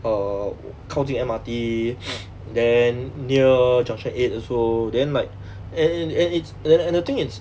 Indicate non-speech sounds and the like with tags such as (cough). err 靠近 M_R_T (noise) then near junction eight also then like and and and it's and the thing is